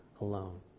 alone